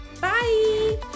Bye